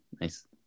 nice